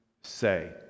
say